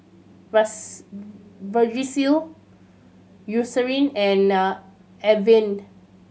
vagisil Eucerin and Avene